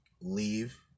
leave